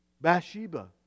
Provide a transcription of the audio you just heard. Bathsheba